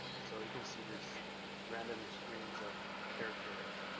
so you can see this random strings of characters,